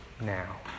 now